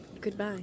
Goodbye